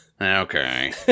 Okay